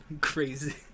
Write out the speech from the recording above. Crazy